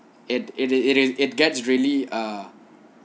it it is it is it gets really ah